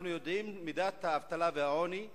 אנחנו יודעים את מידת האבטלה והעוני,